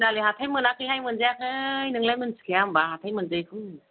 तिनालि हाथाय मोनाखैहाय मोनजायाखै नोंलाय मोनथिखाया होनबा हाथाय मोनजायैखौ